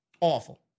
Awful